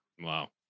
Wow